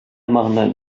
mannen